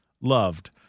loved